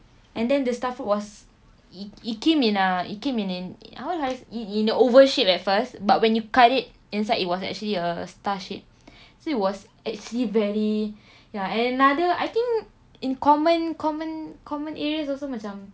and then the starfruit was it it came in a it came in in how do I in in a oval shape at first but when you cut it inside it was actually a star shape so it was actually very ya and another I think in common common common areas also macam